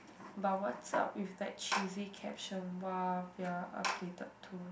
but what's up with that cheesy caption while their updated to